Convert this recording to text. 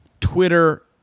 Twitter